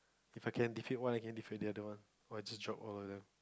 If I can defeat one I can defeat the other one I just drop all of them